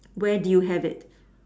where do you have it